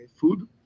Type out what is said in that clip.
food